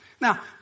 Now